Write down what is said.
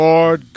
Lord